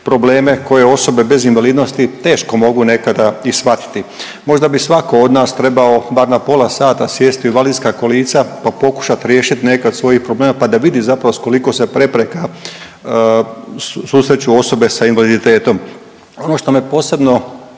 probleme koje osobe bez invalidnosti teško mogu nekada i shvatiti. Možda bi svatko od nas trebao bar na pola sata sjesti u invalidska kolica pa pokušati riješiti nekad svoje probleme pa da vidi zapravo s koliko se prepreka susreću osobe s invaliditetom. Ono što me posebno